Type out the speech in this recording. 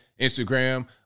Instagram